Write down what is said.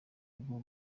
rugo